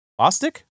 Bostic